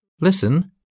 listen